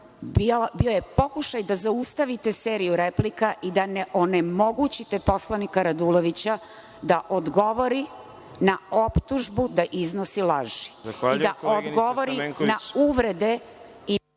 bio je pokušaj da zaustavite seriju replika i da onemogućite poslanika Radulovića da odgovori na optužbu da iznosi laži. **Đorđe Milićević**